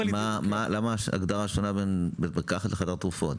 למה ההגדרה שונה בין בית מרקחת לחדר תרופות?